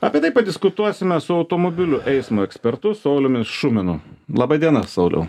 apie tai padiskutuosime su automobilių eismo ekspertu sauliumi šuminu laba diena sauliau